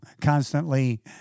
constantly